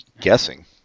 guessing